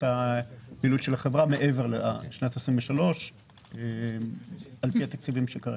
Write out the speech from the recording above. הפעילות של החברה מעבר לשנת 2023 על פי התקציבים שיהיו.